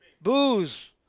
Booze